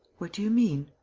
what do you mean?